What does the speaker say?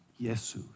Jesus